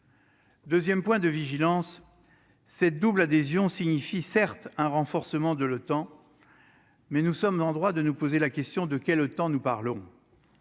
2ème point de vigilance cette double adhésion signifie certes un renforcement de l'OTAN, mais nous sommes en droit de nous poser la question, de quel temps nous parlons